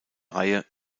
reihe